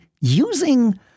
using